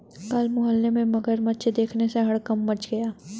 कल मोहल्ले में मगरमच्छ देखने से हड़कंप मच गया